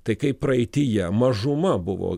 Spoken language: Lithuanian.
tai kai praeityje mažuma buvo